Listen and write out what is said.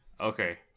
Okay